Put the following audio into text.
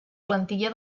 plantilla